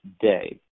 day